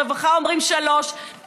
והרווחה אומרים: שלוש.